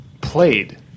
Played